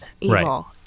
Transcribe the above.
evil